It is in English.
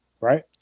right